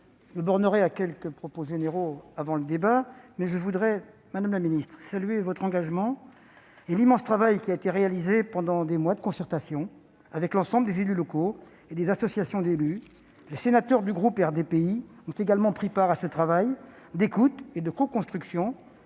je me bornerai à quelques propos généraux. Je veux d'abord saluer votre engagement, madame la ministre, et l'immense travail qui a été réalisé pendant des mois de concertation avec l'ensemble des élus locaux et des associations d'élus. Les sénateurs du groupe RDPI ont également pris part à ce travail d'écoute et de coconstruction,